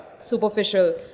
superficial